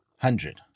hundred